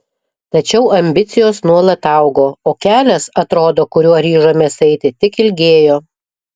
tačiau ambicijos nuolat augo o kelias atrodo kuriuo ryžomės eiti tik ilgėjo